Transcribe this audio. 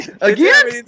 Again